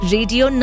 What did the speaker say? Radio